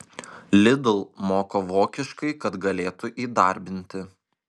lidl moko vokiškai kad galėtų įdarbinti